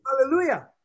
Hallelujah